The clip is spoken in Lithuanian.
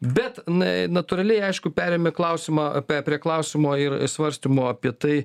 bet na natūraliai aišku perėmė klausimą apie prie klausimo ir svarstymo apie tai